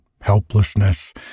helplessness